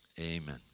Amen